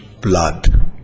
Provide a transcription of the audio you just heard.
blood